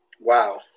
wow